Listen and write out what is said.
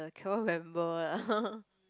cannot remember what